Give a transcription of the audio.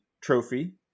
Trophy